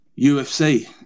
UFC